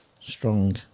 strong